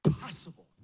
possible